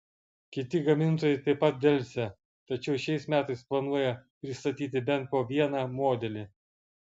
kiti gamintojai taip pat delsia tačiau šiais metais planuoja pristatyti bent po vieną modelį